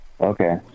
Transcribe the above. okay